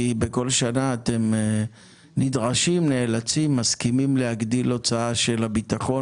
כי בכל שנה אתם מסכימים להגדיל את ההוצאה של הביטחון